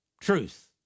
truth